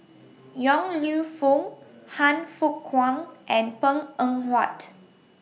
Yong Lew Foong Han Fook Kwang and Png Eng Huat